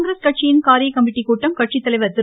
காங்கிரஸ் கட்சியின் காரியக் கமிட்டிக்கூட்டம் கட்சித்தலைவர் திரு